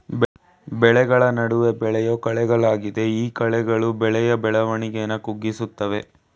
ಬೆಳೆಗಳ ನಡುವೆ ಬೆಳೆಯೋ ಕಳೆಗಳಾಗಯ್ತೆ ಈ ಕಳೆಗಳು ಬೆಳೆಯ ಬೆಳವಣಿಗೆನ ಕುಗ್ಗಿಸ್ತವೆ